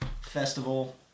festival